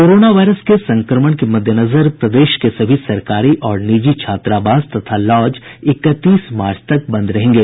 corona virus के संक्रमण मे मद्देनजर प्रदेश के सभी सरकारी और निजी छात्रावास तथा लॉज इकतीस मार्च तक बंद रहेंगे